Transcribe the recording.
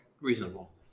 reasonable